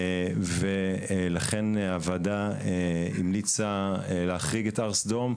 ולכן הוועדה המליצה להחריג את הר סדום,